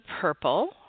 purple